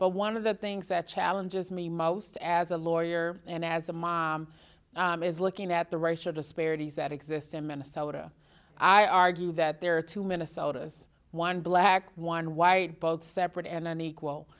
but one of the things that challenges me most as a lawyer and as a mom is looking at the racial disparities that exist in minnesota i argue that there are two minnesota's one black one white both separate and unequal